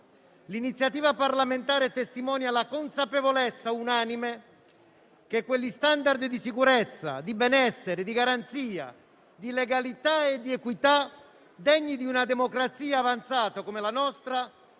L'iniziativa parlamentare testimonia la consapevolezza unanime che gli *standard* di sicurezza, benessere, garanzia, legalità ed equità degni di una democrazia avanzata come la nostra